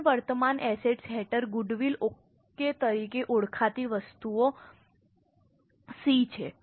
બિન વર્તમાન એસેટ્સ હેઠળ ગુડવિલ ઓકે તરીકે ઓળખાતી વસ્તુઓ c છે